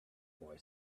boy